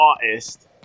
artist